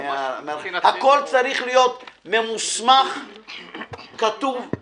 הכול צריך להיות ממוסמך, כתוב,